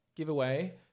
Giveaway